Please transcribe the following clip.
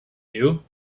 you